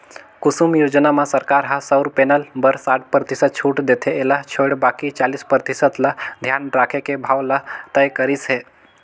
कुसुम योजना म सरकार ह सउर पेनल बर साठ परतिसत छूट देथे एला छोयड़ बाकि चालीस परतिसत ल धियान राखके भाव ल तय करिस हे